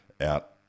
out